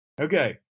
Okay